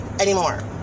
anymore